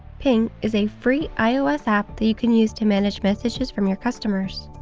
ping is a free ios app that you can use to manage messages from your customers.